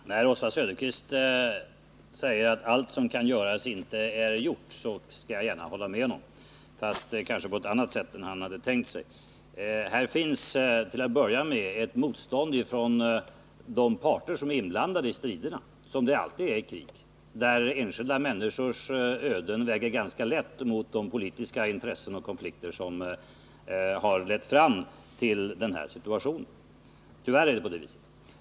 Herr talman! När Oswald Söderqvist säger att allt som kan göras inte är gjort skall jag gärna hålla med honom -— fast på ett annat sätt än han kanske tänkt sig. Här finns det — som det alltid är i krig — ett motstånd från de parter som är inblandade i striderna. Enskilda människors öden väger ganska lätt mot de politiska intressen som lett fram till den här situationen. Tyvärr är det på det sättet.